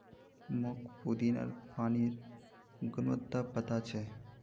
मोक पुदीनार पानिर गुणवत्ता पता छ